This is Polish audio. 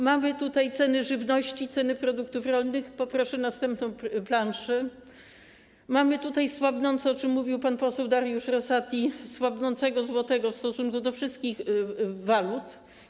Mamy tutaj ceny żywności, ceny produktów rolnych - poproszę następną planszę - mamy tutaj słabnącego, o czym mówił pan poseł Dariusz Rosati, złotego w stosunku do wszystkich walut.